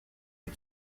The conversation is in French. est